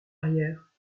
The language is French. arrière